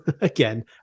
Again